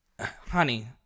honey